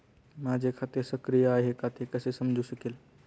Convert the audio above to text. माझे खाते सक्रिय आहे का ते कसे समजू शकेल?